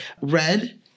Red